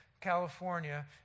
California